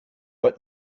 but